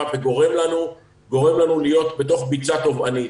וגורם לנו להיות בתוך ביצה טובענית.